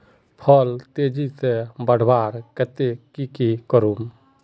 फल तेजी से बढ़वार केते की की करूम?